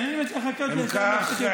אני מציע לחכות, אם כך,